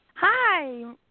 Hi